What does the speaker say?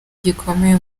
gikomeye